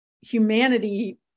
humanity